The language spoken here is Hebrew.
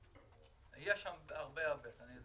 אני יודע שיש הרבה תיקים פתוחים.